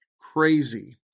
crazy